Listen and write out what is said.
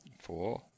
Four